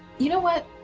you know what,